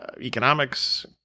economics